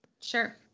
Sure